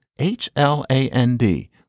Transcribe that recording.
H-L-A-N-D